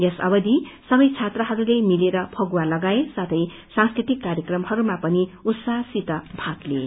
यस अवधि सबै छात्रहरूले मिलेर फगूवा लगाए साथै सांस्कृतिक कार्यक्रमहयमा पनि उत्साहसित भाग लिए